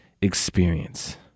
experience